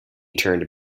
turned